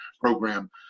program